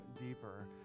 deeper